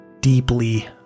deeply